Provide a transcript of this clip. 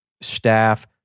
staff